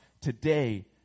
today